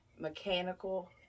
mechanical